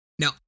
Now